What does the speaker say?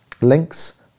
Links